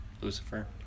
Lucifer